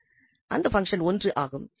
அந்த பங்சன் 1 ஆகும்